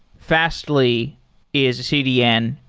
fastly is a cdn.